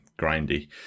grindy